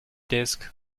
desk